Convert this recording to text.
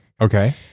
Okay